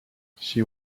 she